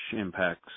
impacts